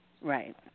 Right